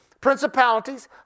principalities